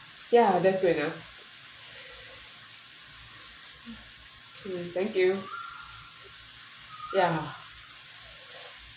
ya that's good enough thank you ya